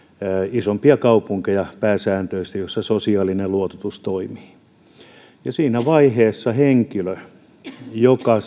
isompia kaupunkeja pääsääntöisesti joissa sosiaalinen luototus toimii siinä vaiheessa henkilö joka